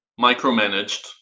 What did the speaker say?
micromanaged